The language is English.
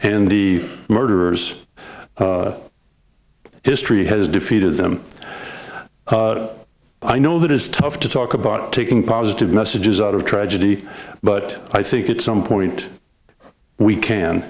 the murderer's history has defeated them i know that is tough to talk about taking positive messages out of tragedy but i think it's some point we can